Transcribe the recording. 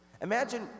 Imagine